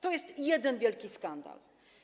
To jest jeden wielki skandal.